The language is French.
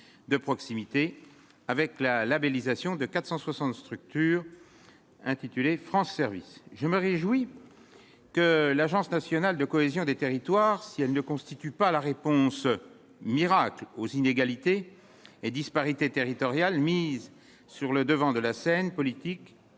de proximité avec la labellisation de 460 structures intitulé France : je me réjouis que l'agence nationale de cohésion des territoires, si elles ne constituent pas la réponse miracle aux inégalités et disparités territoriales mises sur le devant de la scène politique